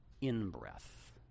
in-breath